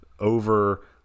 over